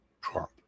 Trump